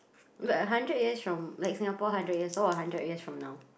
like a hundred years from like Singapore hundred years old or a hundred years from now